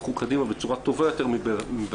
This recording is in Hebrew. האלה ילכו קדימה בצורה טובה יותר מבעבר.